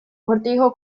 cortijo